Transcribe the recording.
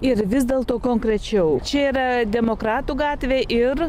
ir vis dėlto konkrečiau čia yra demokratų gatvė ir